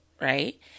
right